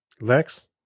Lex